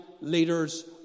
leaders